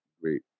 great